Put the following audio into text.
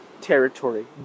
territory